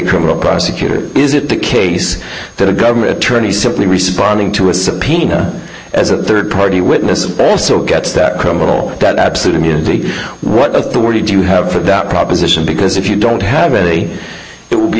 criminal prosecutor is it the case that a government attorney simply responding to a subpoena as a rd party witness also gets that crumble that absolute immunity what authority do you have for that proposition because if you don't have any it would be